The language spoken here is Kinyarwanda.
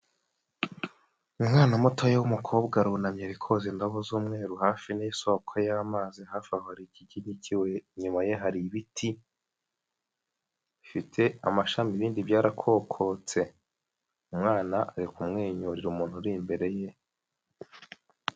Umwana mutoya w'umukobwa arunamye, ari koza indobo z'umweru hafi n'isoko y'amazi, hafi aho hari ikigigi cy'ibuye, inyumaye hari ibiti bifite amashami ibindi byarakokotse, umwana ari kumwenyurira umuntu uri imbereye.